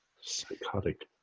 Psychotic